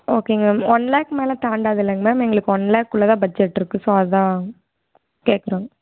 ஓகேங்க ma'am one lakh மேலே தாண்டாது இல்லங்க மேம் எங்களுக்கு ஒன் லேக்குள்ளே தான் பட்ஜெட் இருக்கு ஸோ அதான் கேட்குறோங்க